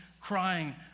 crying